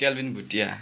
Calvin Bhutia